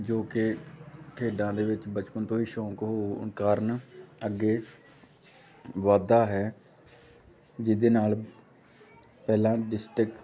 ਜੋ ਕਿ ਖੇਡਾਂ ਦੇ ਵਿੱਚ ਬਚਪਨ ਤੋਂ ਹੀ ਸ਼ੌਂਕ ਹੋਣ ਕਾਰਨ ਅੱਗੇ ਵਧਦਾ ਹੈ ਜਿਹਦੇ ਨਾਲ ਪਹਿਲਾਂ ਡਿਸਟਿਕ